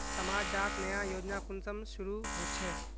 समाज डात नया योजना कुंसम शुरू होछै?